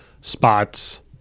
spots